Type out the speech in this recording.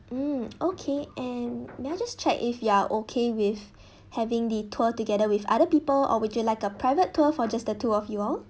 mm okay and may I just check if you are okay with having the tour together with other people or would you like a private tour for just the two of you all